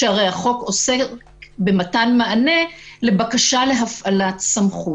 שהרי החוק עוסק במתן מענה לבקשה להפעלת סמכות.